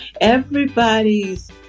Everybody's